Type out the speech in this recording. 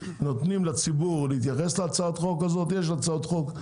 נותנים לציבור להתייחס להצעת החוק הזאת,